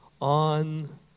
on